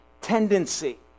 tendency